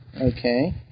Okay